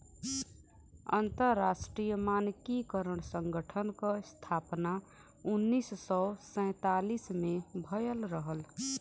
अंतरराष्ट्रीय मानकीकरण संगठन क स्थापना उन्नीस सौ सैंतालीस में भयल रहल